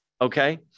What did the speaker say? Okay